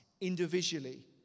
individually